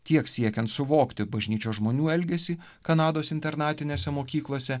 tiek siekiant suvokti bažnyčios žmonių elgesį kanados internatinėse mokyklose